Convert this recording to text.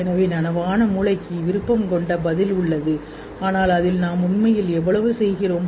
எனவே நனவான மூளைக்கு விருப்பம் கொண்ட பதில் உள்ளது ஆனால் அதில் நாம் உண்மையில் எவ்வளவு செய்கிறோம்